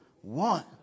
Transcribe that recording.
one